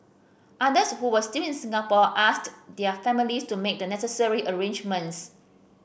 others who were still in Singapore asked their families to make the necessary arrangements